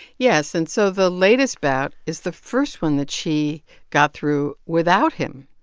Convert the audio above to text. yes. and so the latest bout is the first one that she got through without him.